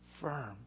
firm